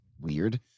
weird